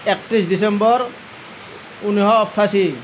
একত্ৰিছ ডিচেম্বৰ ঊনশ অষ্টাশী